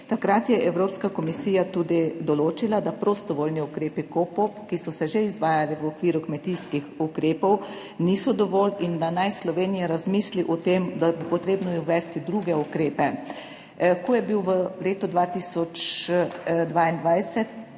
Takrat je Evropska komisija tudi določila, da prostovoljni ukrepi KOPOP, ki so se že izvajali v okviru kmetijskih ukrepov, niso dovolj in da naj Slovenija razmisli o tem, da bo potrebno uvesti druge ukrepe. Ko je bil v letu 2022 presojan